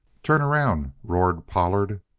turn around! roared pollard.